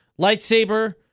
Lightsaber